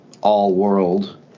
all-world